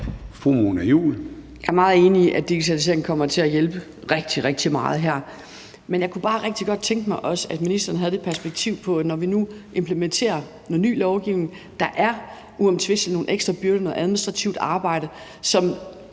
Jeg er meget enig i, at digitalisering kommer til at hjælpe rigtig, rigtig meget her. Men jeg kunne bare rigtig godt tænke mig, at ministeren også havde det perspektiv på det, at når vi nu implementerer noget ny lovgivning, så er der uomtvistelig nogle ekstra byrder, noget administrativt arbejde, som